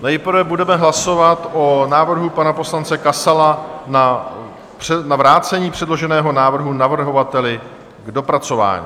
Nejprve budeme hlasovat o návrhu pana poslance Kasala na vrácení předloženého návrhu navrhovateli k dopracování.